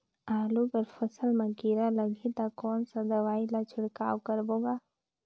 आलू कर फसल मा कीरा लगही ता कौन सा दवाई ला छिड़काव करबो गा?